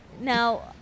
Now